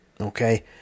okay